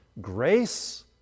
grace